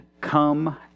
come